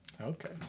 okay